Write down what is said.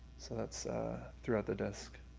so that's throughout the disc.